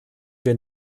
wir